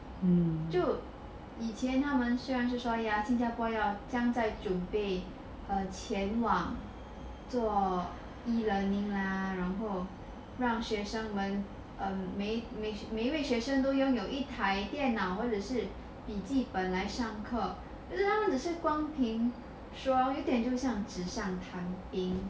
就以前他们虽然是说 ya 新加坡在准备前往做 e-learning ah 然后让学生们 err 每位学生都有一台电脑或者是笔记本来上课可是他们只是光凭说有一点就纸上谈提